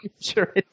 sure